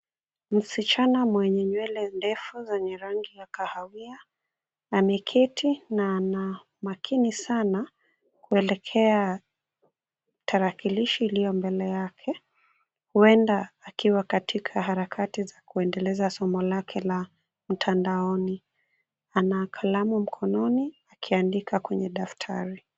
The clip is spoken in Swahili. Msichana mwenye nywele ndefu zenye rangi ya kahawia, ameketi na ana makini sana kuelekea tarakilishi iliyo mbele yake. Huenda akiwa katika harakati za kuendeleza somo lake la mtandaoni. Ana kalamu mkononi akiandika kwenye daftari.